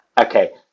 okay